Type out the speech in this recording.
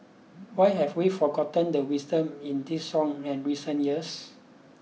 why have we forgotten the wisdom in this song in recent years